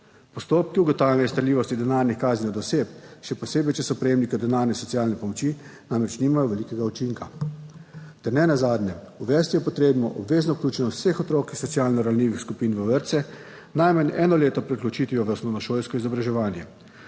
Postopki ugotavljanja izterljivosti denarnih kazni od oseb, še posebej, če so prejemniki denarne socialne pomoči, namreč nimajo velikega učinka. Ter nenazadnje, uvesti je potrebno obvezno vključenost vseh otrok iz socialno ranljivih skupin v vrtce najmanj eno leto pred vključitvijo v osnovnošolsko izobraževanje,